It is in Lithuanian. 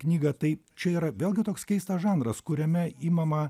knygą tai čia yra vėlgi toks keistas žanras kuriame imama